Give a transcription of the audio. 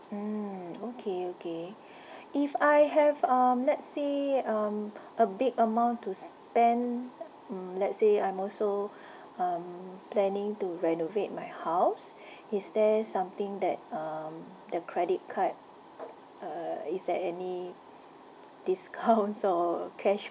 mm okay okay if I have um let's say um a big amount to spend mm let's say I'm also um planning to renovate my house is there something that um the credit card err is there any discounts or cash